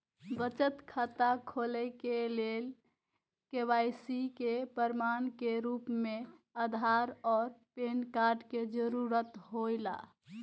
बचत खाता खोले के लेल के.वाइ.सी के प्रमाण के रूप में आधार और पैन कार्ड के जरूरत हौला